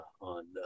on